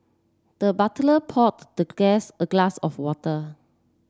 the butler poured the guest a glass of water